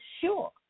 sure